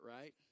right